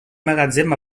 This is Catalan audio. magatzem